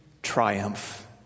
triumph